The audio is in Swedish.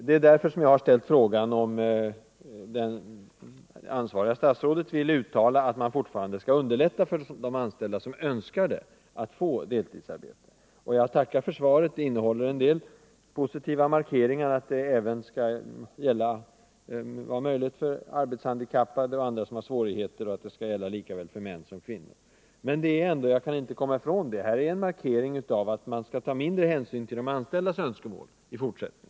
Det är därför som jag har ställt frågan om det ansvariga statsrådet vill uttala att man fortfarande skall underlätta för de anställda, som önskar det, att få deltidsarbete. Jag tackar för svaret. Det innehåller en del positiva markeringar, t.ex. att det även skall vara möjligt för arbetshandikappade och andra som har svårigheter på arbetsmarknaden att få deltidsarbete och att det skall gälla män lika väl som kvinnor. Men här görs ändå — jag kan inte bortse från det — en markering av att man skall ta mindre hänsyn till de anställdas önskemål i fortsättningen. Det hänvisas till kostnaderna.